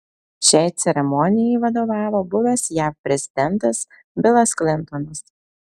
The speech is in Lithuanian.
šiai ceremonijai vadovavo buvęs jav prezidentas bilas klintonas